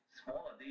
smaller